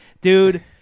dude